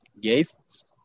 guests